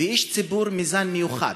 ואיש ציבור מזן מיוחד,